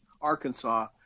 Arkansas